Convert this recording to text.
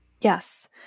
Yes